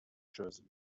jersey